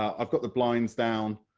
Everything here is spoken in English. i have got the blinds down,